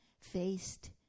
faced